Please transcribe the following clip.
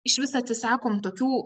išvis atsisakom tokių